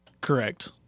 Correct